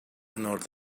north